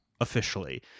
officially